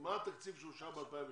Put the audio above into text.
מה התקציב שאושר ב-2016?